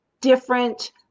different